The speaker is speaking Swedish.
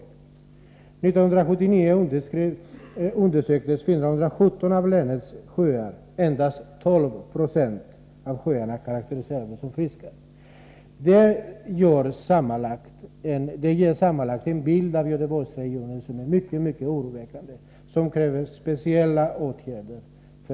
1979 undersöktes 417 av länets sjöar. Endast 12 90 av sjöarna karakteriserades som friska. Detta ger sammanlagt en bild av Göteborgsregionen som är mycket oroande och som kräver speciella åtgärder.